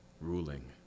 ruling